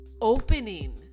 opening